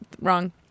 wrong